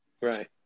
Right